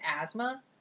asthma